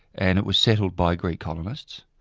and it was settled by greek colonists,